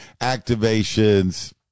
activations